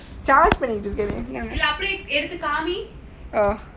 அதன் அந்த மாறி:athan antha maari like I like she was like the reason why I never asked